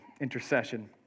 intercession